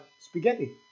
spaghetti